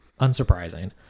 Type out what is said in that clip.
Unsurprising